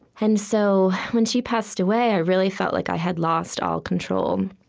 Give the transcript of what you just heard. and so when she passed away, i really felt like i had lost all control.